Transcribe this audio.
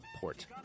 port